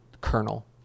kernel